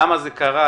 למה זה קרה?